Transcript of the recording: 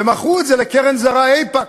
ומכרו את זה לקרן זרה, "אייפקס".